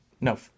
no